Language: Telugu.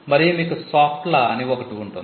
మరియు మీకు సాఫ్ట్ లా అని ఒకటి ఉంటుంది